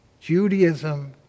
Judaism